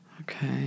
Okay